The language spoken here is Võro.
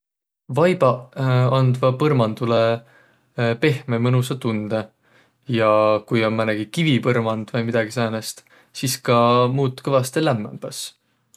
Vaibaq andvaq põrmandulõ pehme mõnusa tundõ. Ja ku om määnegi kivipõrmand vai midägi säänest, sis ka muut kõvastõ lämmämbäs.